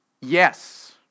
Yes